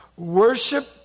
Worship